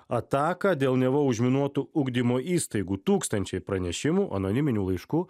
ataką dėl neva užminuotų ugdymo įstaigų tūkstančiai pranešimų anoniminių laiškų